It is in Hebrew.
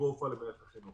קטסטרופה למערכת החינוך.